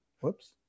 Whoops